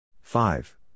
five